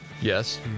Yes